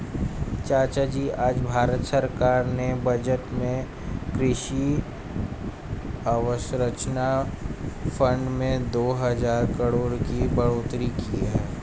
चाचाजी आज भारत सरकार ने बजट में कृषि अवसंरचना फंड में दो हजार करोड़ की बढ़ोतरी की है